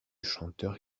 chanteur